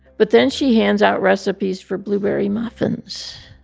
but then she hands out recipes for blueberry muffins.